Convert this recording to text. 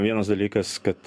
na vienas dalykas kad